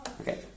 Okay